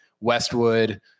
Westwood